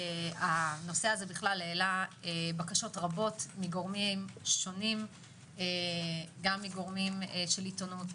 הנושא הזה העלה בקשות רבות מגורמים שונים - גם מגורמים של עיתונות,